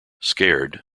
scared